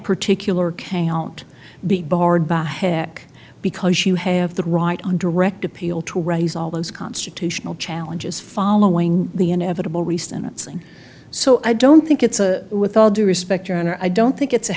particular can't be barred by a heck because you have the right on direct appeal to raise all those constitutional challenges following the inevitable recent saying so i don't think it's a with all due respect your honor i don't think it's a